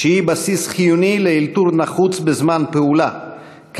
(שהיא בסיס חיוני לאלתור נחוץ בזמן פעולה)",